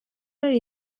ari